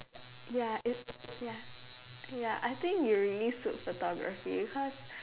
ya it's ya ya I think you really suit photography cause